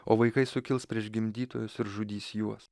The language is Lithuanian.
o vaikai sukils prieš gimdytojus ir žudys juos